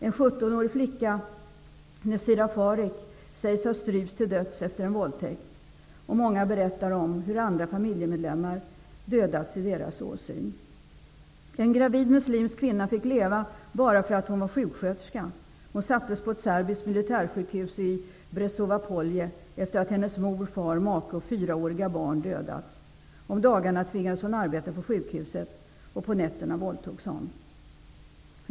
En 17-årig flicka, Nezira Fahric, sägs ha strypts till döds efter en våldtäkt. Många berättar om hur andra familjemedlemmar dödats i deras åsyn. En gravid muslimsk kvinna fick leva bara för att hon var sjuksköterska. Hon sattes på ett serbiskt militärsjukhus i Brezovo Polje efter att hennes mor, far, make och fyraåriga barn dödats. Om dagarna tvingades hon arbeta på sjukhuset, och på nätterna våldtogs hon.